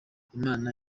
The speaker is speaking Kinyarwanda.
imana